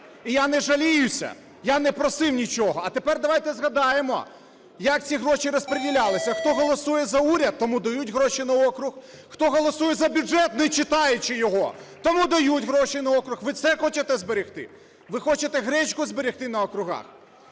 Я не жаліюся. Я не просив нічого. А тепер давайте згадаємо, як ці гроші розподілялися. Хто голосує за уряд - тому дають гроші на округ. Хто голосує за бюджет, не читаючи його, тому дають гроші на округ. Ви це хочете зберегти? Ви хочете "гречку" зберегти на округах?